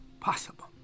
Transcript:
possible